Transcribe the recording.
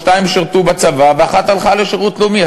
שתיים שירתו בצבא ואחת הלכה לשירות לאומי,